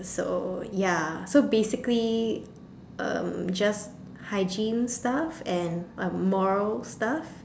so ya so basically um just hygiene stuff and uh moral stuff